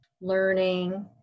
learning